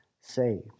saved